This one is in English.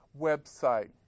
website